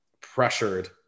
pressured